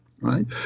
right